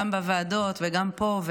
גם בוועדות וגם פה.